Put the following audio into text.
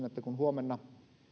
että kun huomenna